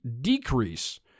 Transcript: decrease